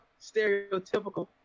stereotypical